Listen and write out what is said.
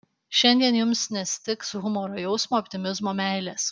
šiandien jums nestigs humoro jausmo optimizmo meilės